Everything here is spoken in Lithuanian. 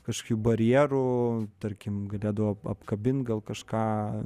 kažkaip barjerų tarkim galėdavau apkabint gal kažką